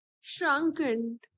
shrunken